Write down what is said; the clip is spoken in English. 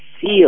feel